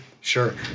sure